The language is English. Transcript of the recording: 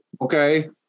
Okay